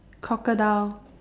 crocodile